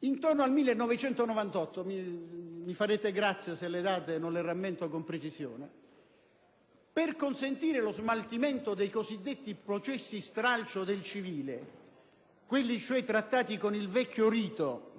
Intorno al 1998 - chiedo venia se non rammento le date con precisione - per consentire lo smaltimento dei cosiddetti processi stralcio del civile, quelli cioè trattati con il vecchio